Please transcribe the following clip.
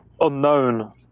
unknown